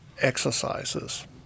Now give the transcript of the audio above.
exercises